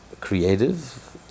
creative